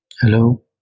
Hello